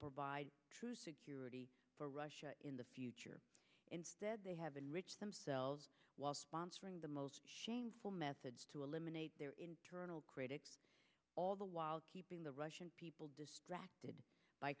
provide true security for russia in the future instead they have enriched themselves while sponsoring the most shameful methods to eliminate their internal critics all the while keeping the russian people distracted by